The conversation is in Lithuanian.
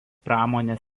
pramonės